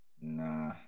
Nah